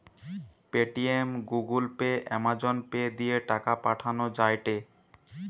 Paytm, Google Pay, Amazon Pay দিয়ে টাকা পাঠান যায়টে